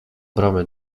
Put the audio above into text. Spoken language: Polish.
bramy